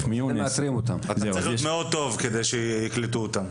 זה צריך להיות מאוד טוב כדי שיקלטו אותם.